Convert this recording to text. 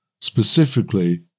Specifically